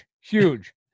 Huge